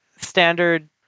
standard